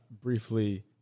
briefly